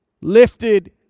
lifted